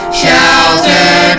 shelter